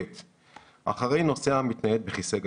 כולם מבינים שטוב שזה לא היה קורה.